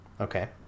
Okay